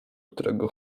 którego